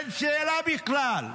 אין שאלה בכלל".